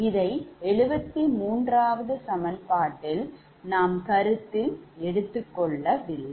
இதை 73 சமன்பாட்டில் நாம் கருத்தில் எடுத்துக் கொள்ளவில்லை